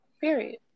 Period